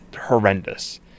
horrendous